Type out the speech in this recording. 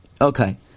Okay